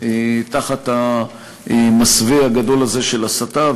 תחת המסווה הגדול הזה של הסתה.